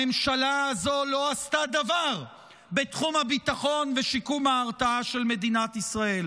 הממשלה הזאת לא עשתה דבר בתחום הביטחון ושיקום ההרתעה של מדינת ישראל.